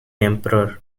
emperor